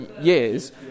years